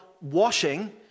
washing